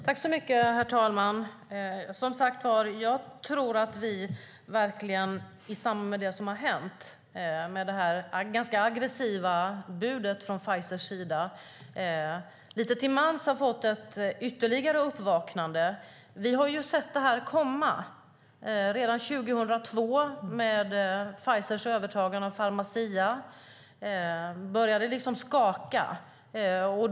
Herr talman! Som sagt tror jag att vi lite till mans i samband med det ganska aggressiva budet från Pfizers sida har fått ett ytterligare uppvaknande. Vi har sett det här komma. Redan 2002, med Pfizers övertagande av Pharmacia, började det skaka.